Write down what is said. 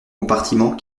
compartiment